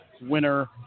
winner